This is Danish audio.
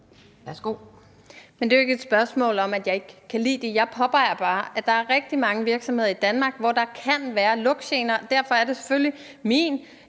Værsgo.